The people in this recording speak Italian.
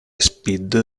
spid